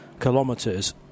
kilometres